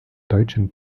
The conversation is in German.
deutschen